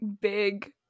big